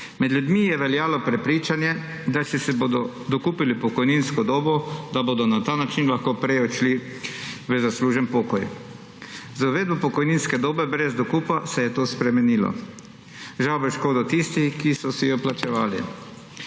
Med ljudmi je veljalo prepričanje, da če si bodo dokupili pokojninsko dobo, bodo na ta način lahko prej odšli v zaslužen pokoj. Z uvedbo pokojninske dobe brez dokupa se je to spremenilo. Žal v škodo tistih, ki so si jo plačevali.